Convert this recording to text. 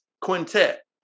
Quintet